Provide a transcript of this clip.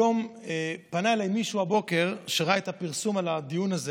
הבוקר פנה אליי מישהו שראה את הפרסום על הדיון הזה